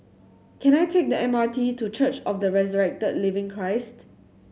can I take the M R T to Church of the Resurrected Living Christ